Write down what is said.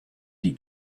die